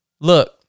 Look